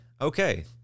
okay